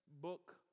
book